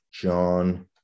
John